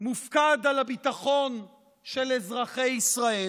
מופקד על הביטחון של אזרחי ישראל?